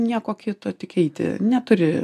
nieko kito tik eiti neturi